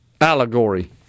allegory